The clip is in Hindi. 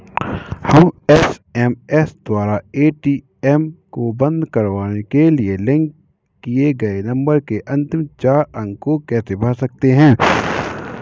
हम एस.एम.एस द्वारा ए.टी.एम को बंद करवाने के लिए लिंक किए गए नंबर के अंतिम चार अंक को कैसे भर सकते हैं?